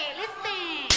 listen